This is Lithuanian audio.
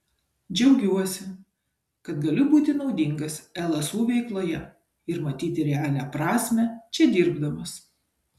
džiaugiuosi kad galiu būti naudingas lsu veikloje ir matyti realią prasmę čia dirbdamas